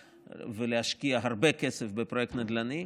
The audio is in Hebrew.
ולהשקיע הרבה כסף בפרויקט נדל"ני,